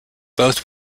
both